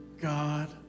God